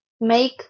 make